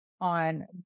on